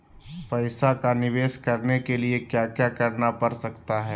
पैसा का निवेस करने के लिए क्या क्या करना पड़ सकता है?